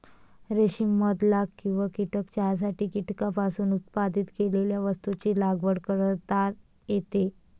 रेशीम मध लाख किंवा कीटक चहासाठी कीटकांपासून उत्पादित केलेल्या वस्तूंची लागवड करता येते